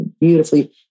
beautifully